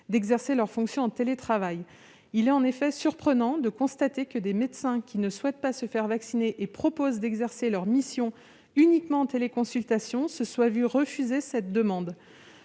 d'exercer leurs fonctions en télétravail. Il est en effet surprenant de constater que des médecins ne souhaitant pas se faire vacciner et proposant d'exercer leur mission uniquement en téléconsultation se soient vu refuser cette